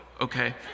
okay